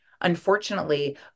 unfortunately